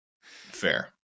Fair